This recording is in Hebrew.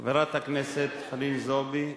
חברת הכנסת חנין זועבי,